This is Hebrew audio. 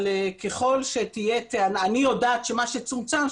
אני יודעת שמה שמצומצם,